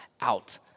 out